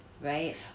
Right